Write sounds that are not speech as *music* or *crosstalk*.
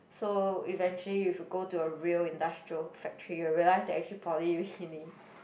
so eventually if you go to a real industrial factory you'll realise that actually poly really *noise*